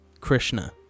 Krishna